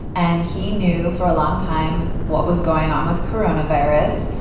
and he knew for a long time what was going on with coronavirus.